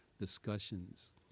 discussions